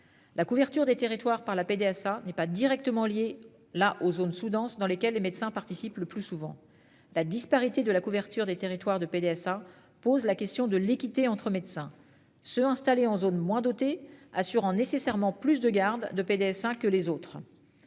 La couverture des territoires par la PDA, ça n'est pas directement liée là aux zones sous-denses dans lesquelles les médecins participent le plus souvent la disparité de la couverture des territoires de PDSA pose la question de l'équité entre médecins ceux installés en zone moins dotée assurant nécessairement plus de garde de PDSA que les autres.